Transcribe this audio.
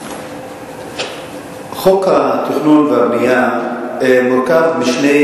חוק התכנון והבנייה מורכב משני